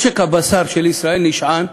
משק הבקר של ישראל נשען,